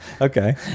okay